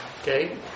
Okay